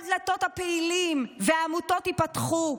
כל דלתות הפעילים והעמותות ייפתחו,